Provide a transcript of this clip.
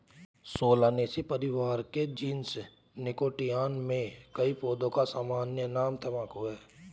Solanaceae परिवार के genus Nicotiana में कई पौधों का सामान्य नाम तंबाकू है